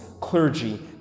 clergy